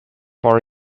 far